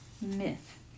Myth